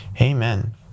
Amen